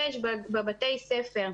שש ובבתי הספר.